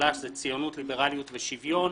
צל"ש זה ציונות, ליברליות ושוויון